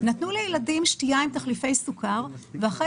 נתנו לילדים שתייה עם תחליפי סוכר ואחרי